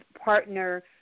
partner